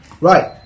right